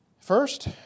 First